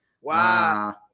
Wow